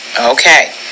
okay